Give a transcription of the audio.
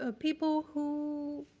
ah people who